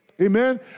Amen